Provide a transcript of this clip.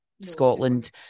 scotland